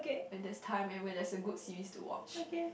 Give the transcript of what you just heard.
when there's time and when there's a good series to watch